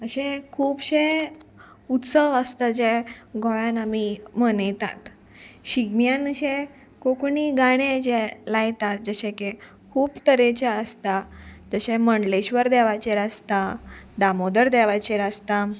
अशे खुबशे उत्सव आसता जे गोंयान आमी मनयतात शिगम्यान अशे कोंकणी गाणे जे लायतात जशे की खूब तरेचे आसता जशे मंडलेश्वर देवाचेर आसता दामोदर देवाचेर आसता